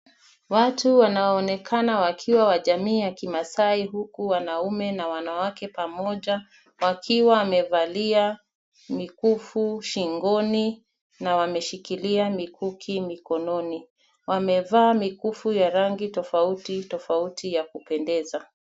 Watu wanaoonekana wakiwa wa jamii ya kimaasai, huku wanaume na wanawake pamoja wakiwa wamevalia mikufu shingoni na wameshikilia mikuki mikononi. Wamevaa mikufu ya rangi tofauti tofauti ya kupendeza.